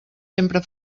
sempre